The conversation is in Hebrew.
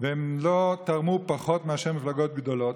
והן לא תרמו פחות מאשר מפלגות גדולות,